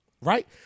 Right